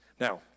Now